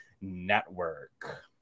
Network